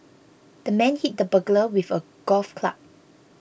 the man hit the burglar with a golf club